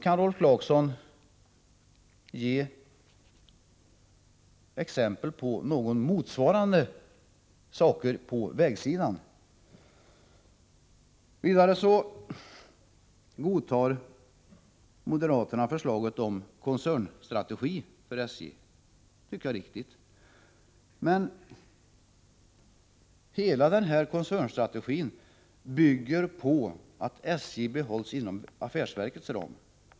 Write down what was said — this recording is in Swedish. Kan Rolf Clarkson ge exempel på några motsvarande saker på vägsidan? Vidare godtar moderaterna förslaget om koncernstrategi för SJ. Det tycker jag är riktigt. Men hela koncernstrategin bygger på att SJ behålls inom affärsverkets ram.